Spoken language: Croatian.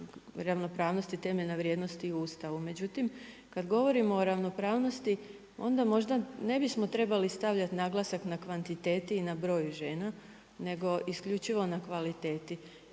ravnopravnosti temeljne vrijednosti u Ustavu. Međutim, kad govorimo o ravnopravnosti onda možda ne bismo trebali stavljati naglasak na kvantiteti i na broju žena, nego isključivo na kvaliteti.